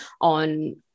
on